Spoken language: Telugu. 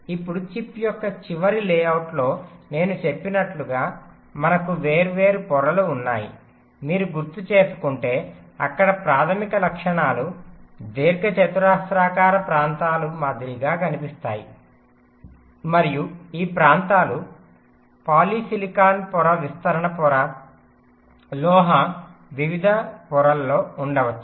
ఇప్పుడు చిప్ యొక్క చివరి లేఅవుట్లో నేను చెప్పినట్లుగా మనకు వేర్వేరు పొరలు ఉన్నాయి మీరు గుర్తుచేసుకుంటే అక్కడ ప్రాథమిక లక్షణాలు దీర్ఘచతురస్రాకార ప్రాంతాల మాదిరిగా కనిపిస్తాయి మరియు ఈ ప్రాంతాలు పాలిసిలికాన్ పొర విస్తరణ పొర లోహ వివిధ పొరలలో ఉండవచ్చు